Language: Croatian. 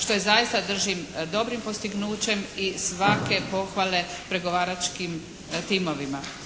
što zaista držim dobrim postignućem i svake pohvale pregovaračkim timovima.